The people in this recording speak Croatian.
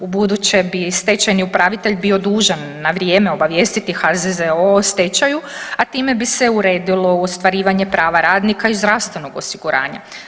U buduće bi stečajni upravitelj bio dužan na vrijeme obavijestiti HZZO o stečaju, a time bi se uredilo ostvarivanje prava radnika iz zdravstvenog osiguranja.